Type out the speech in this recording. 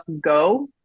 go